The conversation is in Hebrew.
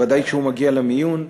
בוודאי כשהוא מגיע למיון,